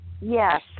yes